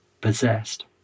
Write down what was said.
possessed